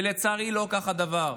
ולצערי לא כך הדבר.